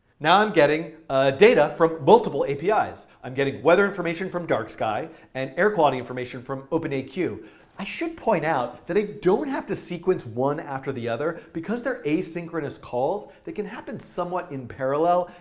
now i'm getting data from multiple apis. i'm getting weather information from dark sky and air quality information from openaq. i should point out that i don't have to sequence one after the other. because they're asynchronous calls, they can happen somewhat in parallel.